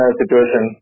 situation